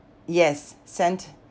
yes sent